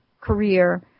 career